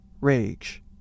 rage